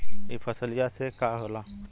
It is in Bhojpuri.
ई फसलिया से का होला?